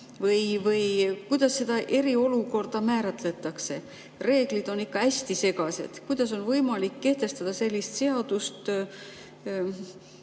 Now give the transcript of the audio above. Või kuidas seda eriolukorda määratletakse? Reeglid on ikka hästi segased. Kuidas on võimalik kehtestada sellist seadust,